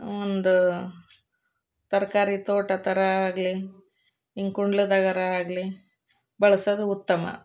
ಒಂದು ತರಕಾರಿ ತೋಟ ಥರ ಆಗಲಿ ಹಿಂಗ್ ಕುಂಡ್ಲದಾಗರೆ ಆಗಲಿ ಬಳಸೋದು ಉತ್ತಮ